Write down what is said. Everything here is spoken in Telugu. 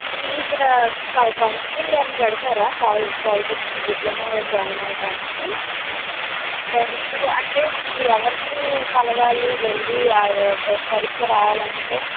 ఈ ఇక్కడ కౌ కౌన్సిలింగ్ ఏమన్న పెడతారా పాల్ పాల్టెక్నిక్కి డిప్లమో జాయిన్ అవ్వటానికి డైరెక్ట్గా అంటే మేము ఎవరిని కలవాలి వెళ్ళి ఆ పరీక్ష రాయాలి అంటే